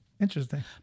Interesting